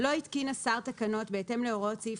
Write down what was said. (א)לא התקין השר תקנות בהתאם להוראות סעיף